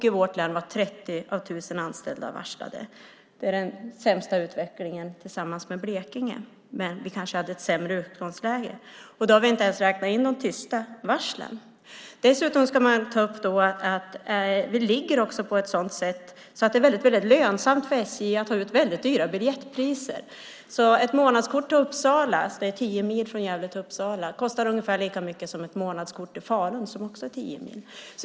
I vårt län var 30 av 1 000 anställda varslade. Det är den sämsta utvecklingen i landet tillsammans med Blekinge. Men vi kanske hade ett sämre utgångsläge. Då har vi inte ens räknat in de tysta varslen. Dessutom ska man ta upp att vi ligger så till att det är lönsamt för SJ att ta ut väldigt höga biljettpriser. Ett månadskort till Uppsala, som ligger tio mil från Gävle, kostar ungefär lika mycket som ett månadskort till Falun, som också är tio mil bort.